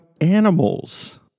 animals